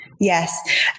Yes